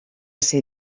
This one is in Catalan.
ser